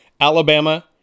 Alabama